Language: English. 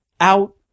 out